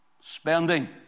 Spending